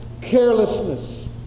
carelessness